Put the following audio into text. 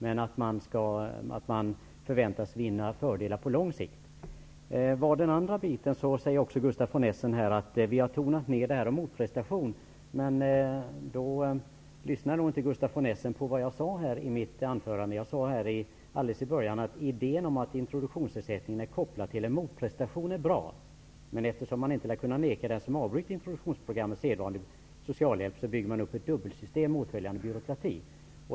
Men man förväntas vinna fördelar på lång sikt. Gustaf von Essen säger också här att vi har tonat ner detta med motprestation. Men då lyssnade han nog inte på vad jag sade i mitt anförande. Alldeles i början sade jag att idén om att introduktionsersättningen skall vara kopplad till en motprestation är bra. Men eftersom man inte lär kunna neka den som avbryter introduktionsprogrammet sedvanlig socialhjälp, byggs ett dubbelsystem upp med åtföljande byråkrati.